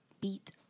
beat